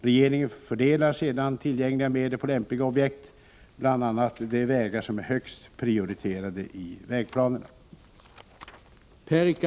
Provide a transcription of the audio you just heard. Regeringen fördelar sedan tillgängliga medel på lämpliga objekt, bl.a. de vägar som är högst prioriterade i vägplanerna.